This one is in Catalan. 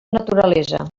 naturalesa